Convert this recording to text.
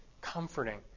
comforting